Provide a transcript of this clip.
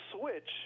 switch